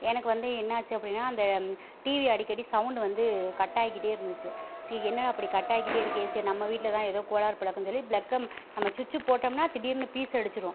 எனக்கு வந்து என்னாச்சு அப்படினா அந்த டிவி அடிக்கடி சௌண்டு வந்து கட்டாயிக்கிட்டே இருந்துச்சு ச்சி என்னடா இப்படி கட்டாயிகிட்டே இருக்கே சரி நம்ம வீடடில் தான் ஏதோ கோளாறு போல் இருக்குது சொல்லி ப்ளக்கை நம்ம சுச்சு போட்டம்னா திடீர்னு பீஸ்ஸடிச்சிரும்